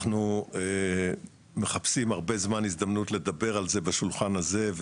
אנחנו מחפשים הרבה זמן הזדמנות לדבר על זה בשולחן הזה,